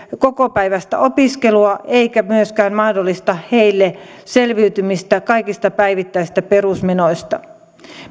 kokopäiväistä opiskelua eikä myöskään mahdollista heille selviytymistä kaikista päivittäisistä perusmenoista